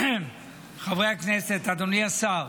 חברי הכנסת, אדוני השר,